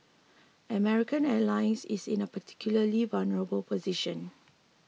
American Airlines is in a particularly vulnerable position